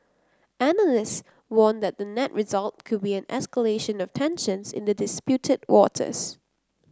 analysts warn that the net result could be an escalation of tensions in the disputed waters